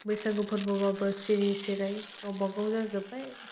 बैसागु फोरबोबाबो सिरि सिराइ गावबा गाव जाजोब्बाय